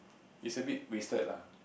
is a bit wasted lah